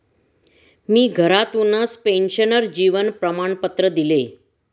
मी घरातूनच पेन्शनर जीवन प्रमाणपत्र दिले